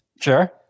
Sure